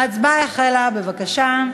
ההצבעה החלה, בבקשה.